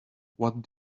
what